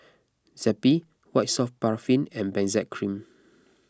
Zappy White Soft Paraffin and Benzac Cream